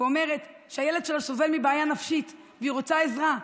ואומרת שהילד שלה סובל מבעיה נפשית והיא רוצה עזרה,